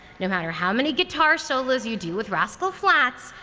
no matter how many guitar solos you do with rascal flatts,